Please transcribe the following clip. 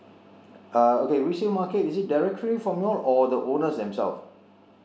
uh okay resale market is it directly from you all or the owners themselves